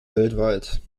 weltweit